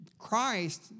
Christ